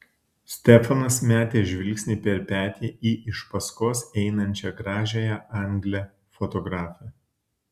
stefanas metė žvilgsnį per petį į iš paskos einančią gražiąją anglę fotografę